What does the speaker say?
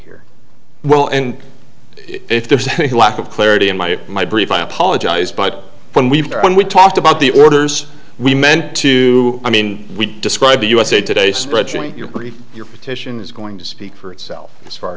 here well and if there's a lack of clarity in my my brief i apologize but when we when we talked about the orders we meant to i mean we describe the usa today spreadsheet you're putting your petition is going to speak for itself as far